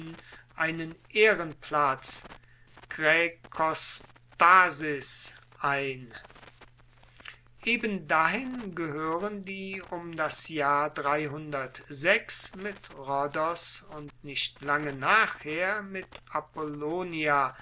einen ehrenplatz graecostasis ein eben dahin gehoeren die um das jahr mit rhodos und nicht lange nachher mit apollonia